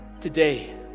today